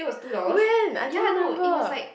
when I don't remember